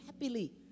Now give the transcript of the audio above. happily